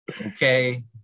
Okay